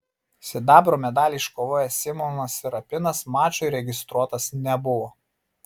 sidabro medalį iškovojęs simonas serapinas mačui registruotas nebuvo